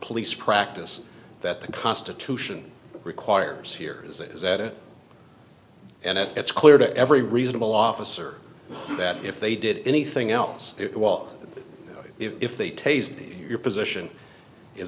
police practice that the constitution requires here is that it and if it's clear to every reasonable officer that if they did anything else it was if they tasered your position is